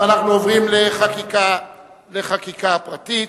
אנחנו עוברים לחקיקה פרטית,